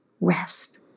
rest